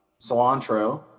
cilantro